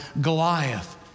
Goliath